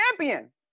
champion